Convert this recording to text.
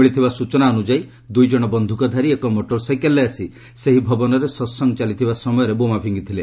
ମିଳିଥିବା ସ୍ଚଚନା ଅନୁଯାୟୀ ଦୁଇ ଜଣ ବନ୍ଧୁକଧାରୀ ଏକ ମୋଟର ସାଇକେଲ୍ରେ ଆସି ସେହି ଭବନରେ ସତ୍ସଙ୍ଗ ଚାଲିଥିବା ସମୟରେ ବୋମା ପିଙ୍ଗିଥିଲେ